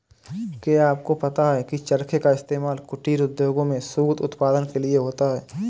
क्या आपको पता है की चरखे का इस्तेमाल कुटीर उद्योगों में सूत उत्पादन के लिए होता है